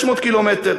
600 קילומטר,